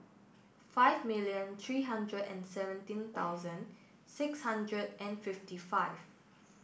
five million three hundred and seventeen thousand six hundred and fifty five